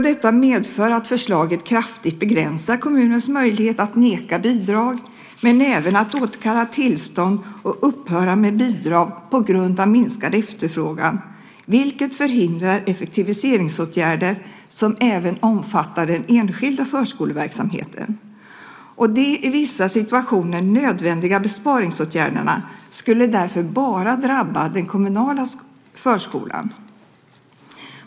Detta medför att förslaget kraftigt begränsar kommunens möjlighet att neka bidrag, men även att återkalla tillstånd och upphöra med bidrag på grund av minskad efterfrågan, vilket förhindrar effektiviseringsåtgärder som även omfattar den enskilda förskoleverksamheten. De i vissa situationer nödvändiga besparingsåtgärderna skulle därför bara drabba den kommunala förskolan.